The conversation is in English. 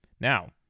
Now